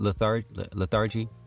lethargy